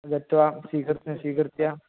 गत्वा स्वीकृत्य स्वीकृत्य